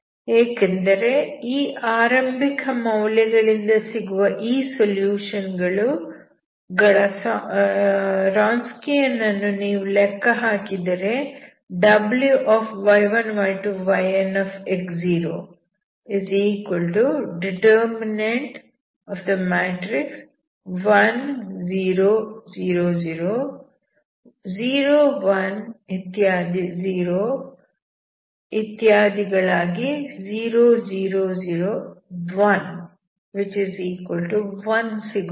ಏಕೆಂದರೆ ಈ ಆರಂಭಿಕ ಮೌಲ್ಯಗಳಿಂದ ಸಿಗುವ ಈ ಸೊಲ್ಯೂಷನ್ ಗಳ ರಾನ್ಸ್ಕಿಯನ್ ಅನ್ನು ನೀವು ಲೆಕ್ಕ ಹಾಕಿದರೆ ನಿಮಗೆ ಸಿಗುತ್ತದೆ